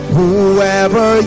Whoever